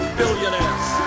billionaires